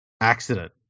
accident